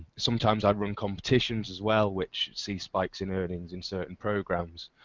sometimes i ring competitions as well which sees spikes in orders in certain programs.